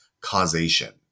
causation